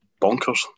bonkers